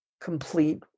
complete